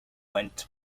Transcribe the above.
went